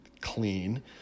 clean